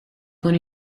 con